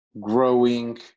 growing